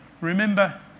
remember